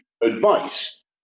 advice